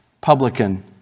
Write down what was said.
publican